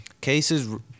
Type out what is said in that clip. Cases